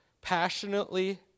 passionately